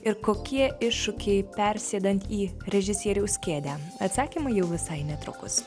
ir kokie iššūkiai persėdant į režisieriaus kėdę atsakymai jau visai netrukus